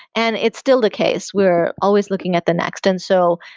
and it's still the case. we're always looking at the next. and so,